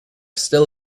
still